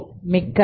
மிக்க நன்றி